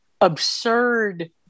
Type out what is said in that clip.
absurd